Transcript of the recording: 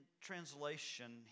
translation